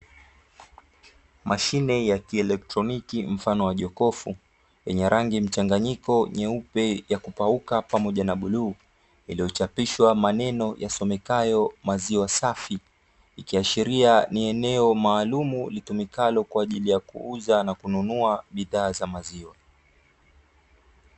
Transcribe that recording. Mashine ya kielektroniki mfano wa jokofu yenye rangi mchanganyiko nyeupe ya kupauka pamoja na bluu, iliyochapishwa maneno yasomekayo "maziwa safi", ikiashiria ni eneo maalumu litumikalo kwa ajili ya kuuza na kununua bidhaa za maziwa.